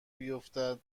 بیفتد